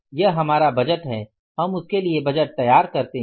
यह हमारा बजट है हम उसके लिए बजट तैयार करते हैं